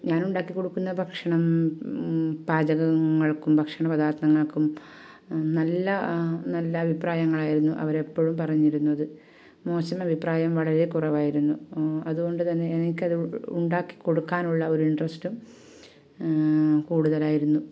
ഞാൻ ഉണ്ടാക്കി കൊടുക്കുന്ന ഭക്ഷണം പാചകങ്ങൾക്കും ഭക്ഷണ പദാർഥങ്ങൾക്കും നല്ല നല്ല അഭിപ്രായങ്ങളായിരുന്നു അവരെപ്പോഴും പറഞ്ഞിരുന്നത് മോശം അഭിപ്രായം വളരെ കുറവായിരുന്നു അതുകൊണ്ട് തന്നെ എനിക്കത് ഉണ്ടാക്കി കൊടുക്കാനുള്ള ഒരു ഇൻട്രസ്റ്റും കൂടുതലായിരുന്നു